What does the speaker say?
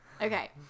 Okay